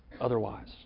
otherwise